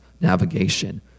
navigation